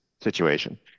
situation